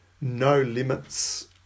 no-limits